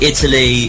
Italy